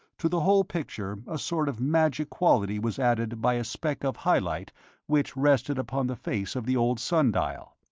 to the whole picture a sort of magic quality was added by a speck of high-light which rested upon the face of the old sun-dial.